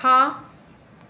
हां